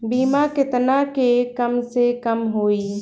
बीमा केतना के कम से कम होई?